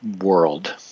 world